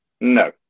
No